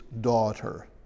daughter